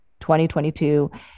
2022